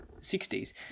60s